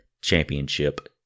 championship